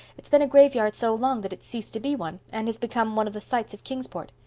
it's been a graveyard so long that it's ceased to be one and has become one of the sights of kingsport.